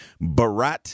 Barat